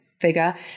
figure